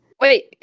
Wait